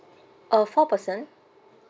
uh four person